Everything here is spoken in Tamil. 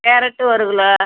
கேரட்டு ஒரு கிலோ